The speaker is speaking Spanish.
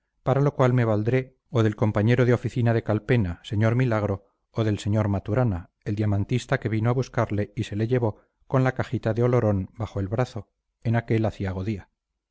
para lo cual me valdré o del compañero de oficina de calpena sr milagro o del sr maturana el diamantista que vino a buscarle y se le llevó con la cajita de olorón bajo el brazo en aquel aciago